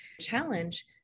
challenge